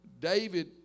David